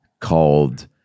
called